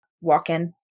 walk-in